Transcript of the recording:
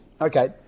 Okay